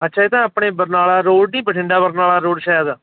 ਅੱਛਾ ਇਹ ਤਾਂ ਆਪਣੇ ਬਰਨਾਲਾ ਰੋਡ ਹੀ ਬਠਿੰਡਾ ਬਰਨਾਲਾ ਰੋਡ ਸ਼ਾਇਦ